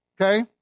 okay